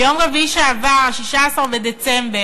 ביום רביעי שעבר, 16 בדצמבר,